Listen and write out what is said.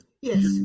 Yes